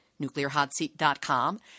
NuclearHotSeat.com